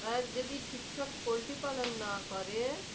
তারা যদি ঠিকঠাক পোলট্রি পালন না করে